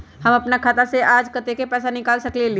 हम अपन खाता से आज कतेक पैसा निकाल सकेली?